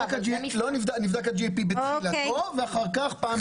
נבדק בתחילתו ואחר כך פעם בשנה.